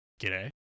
G'day